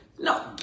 No